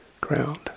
ground